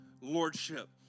lordship